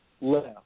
left